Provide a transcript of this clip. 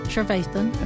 Trevathan